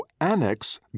annex